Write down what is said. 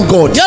God